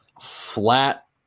flat